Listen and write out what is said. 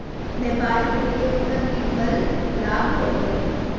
व्यापारी के लिए उकर निवल लाभ होबा हइ